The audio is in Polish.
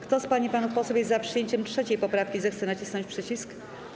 Kto z pań i panów posłów jest za przyjęciem 3. poprawki, zechce nacisnąć przycisk.